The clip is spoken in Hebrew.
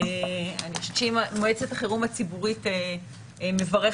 אני חושבת שאם מועצת החירום הציבורית מברכת